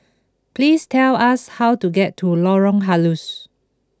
please tell us how to get to Lorong Halus